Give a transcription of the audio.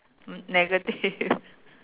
negative